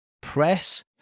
press